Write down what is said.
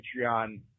Patreon